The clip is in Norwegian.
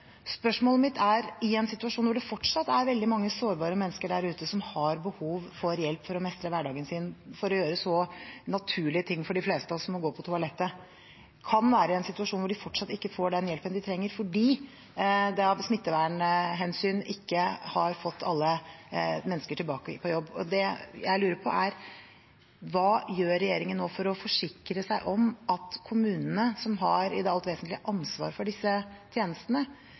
Spørsmålet mitt gjelder en situasjon der det fortsatt er veldig mange sårbare mennesker der ute som har behov for hjelp for å mestre hverdagen sin, for å gjøre så naturlige ting for de fleste av oss som å gå på toalettet, som kan være i en situasjon hvor de fortsatt ikke får den hjelpen de trenger, fordi man av smittevernhensyn ikke har fått alle mennesker tilbake på jobb. Det jeg lurer på, er: Hva gjør regjeringen nå for å forsikre seg om at kommunene, som i det alt vesentlige har ansvar for disse tjenestene,